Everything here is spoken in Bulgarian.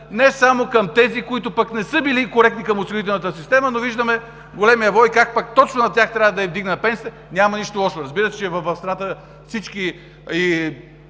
не само към тези, които не са били коректни към осигурителната система, но виждаме големия вой – как пък точно на тях трябва да се вдигне пенсията. Няма нищо лошо, разбира се, че тук нямаме спор,